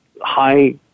high